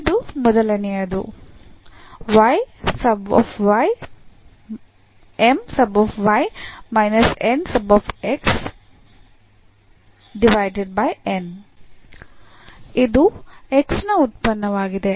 ಇದು ಮೊದಲನೆಯದು ಇದು x ನ ಉತ್ಪನ್ನವಾಗಿದೆ